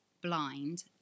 blind